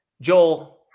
Joel